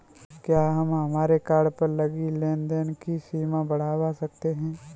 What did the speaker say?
क्या हम हमारे कार्ड पर लगी लेन देन की सीमा बढ़ावा सकते हैं?